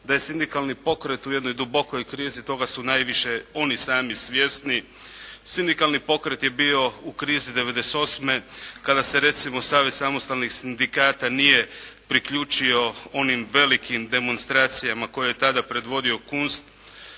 da je sindikalni pokret u jednoj dubokoj krizi toga su najviše oni sami svjesni. Sindikalni pokret je bio u krizi '98. kada se recimo Savez samostalnih sindikata nije priključio onim velikim demonstracijama koje je tada predvodio Kunst,